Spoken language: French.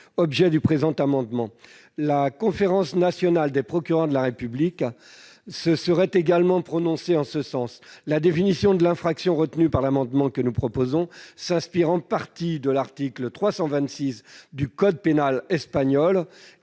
objet du présent amendement. La Conférence nationale des procureurs de la République se serait également prononcée en ce sens. La définition de l'infraction retenue dans l'amendement que nous proposons s'inspire en partie de l'article 326 du code pénal espagnol